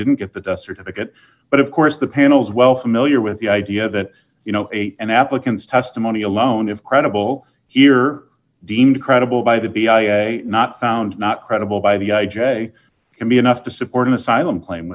didn't get the death certificate but of course the panel's well familiar with the idea that you know a an applicant's testimony alone of credible here deemed credible by the be not found not credible by the i j a can be enough to support an asylum claim